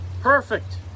Perfect